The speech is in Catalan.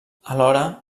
alhora